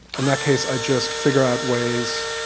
in that case i just figure out ways